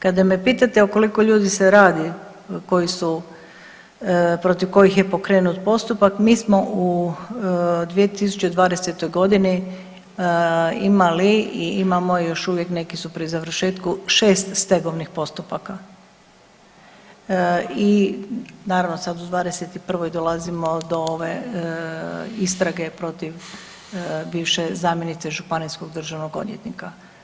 Kada me pitate o koliko ljudi se radi koji su, protiv kojih je pokrenut postupak, mi smo u 2020. g. imali i imamo, još uvijek, neki su pri završetku, 6 stegovnih postupaka i naravno, sad u '21. dolazimo do ove istrage protiv bivše zamjenice županijskog državnog odvjetnika.